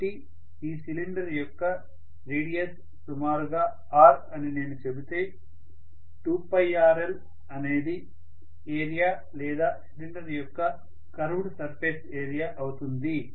కాబట్టి ఈ సిలిండర్ యొక్క రేడియస్ సుమారుగా r అని నేను చెబితే 2rl అనేది ఏరియా లేదా సిలిండర్ యొక్క కర్వుడ్ సర్ఫేస్ ఏరియా అవుతుంది